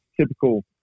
typical